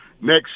next